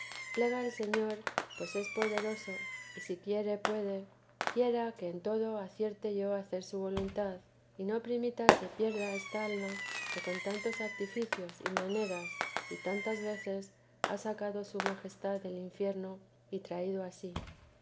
plega al señor pues es poderoso y si quiere puede quiera que en todo acierte yo a hacer su voluntad y no permita se pierda esta alma que con tantos artificios y maneras y tantas veces ha sacado su majestad del infierno y traído a sí